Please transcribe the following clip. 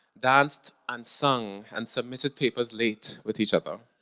danced and sung and submitted papers late with each other.